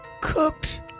cooked